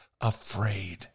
afraid